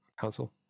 council